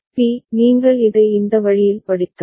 B நீங்கள் இதை இந்த வழியில் படித்தால்